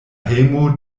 hejmo